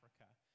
Africa